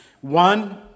One